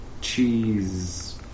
cheese